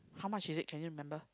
how much is it can you remember